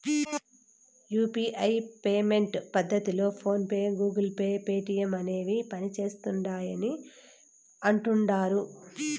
UPI payment పద్దతిలో phone pay, Google pay, Paytm అనేవి పనిసేస్తిండాయని అంటుడారు